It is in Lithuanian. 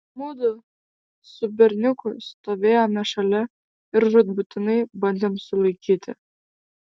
mudu su berniuku stovėjome šalia ir žūtbūtinai bandėm sulaikyti